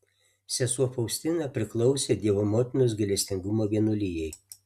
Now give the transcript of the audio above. sesuo faustina priklausė dievo motinos gailestingumo vienuolijai